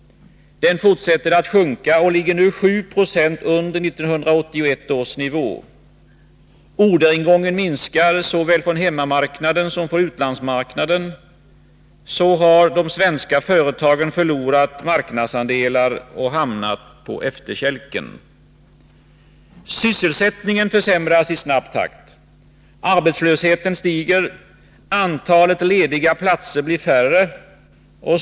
Den fortsätter att sjunka och ligger nu 7 26 under 1981 års nivå. Orderingången minskar, såväl från hemmamarknaden som från utlandsmarknaden. Så har de svenska företagen förlorat marknadsandelar och hamnat på efterkälken. Sysselsättningen försämras i snabb takt. Arbetslösheten stiger. Antalet lediga platser blir mindre.